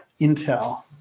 intel